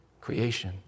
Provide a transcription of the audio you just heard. creation